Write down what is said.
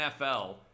NFL